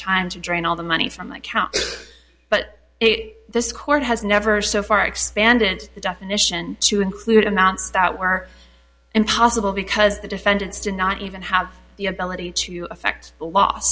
time to drain all the money from the account but this court has never so far expanded the definition to include amounts that were impossible because the defendants did not even have the ability to affect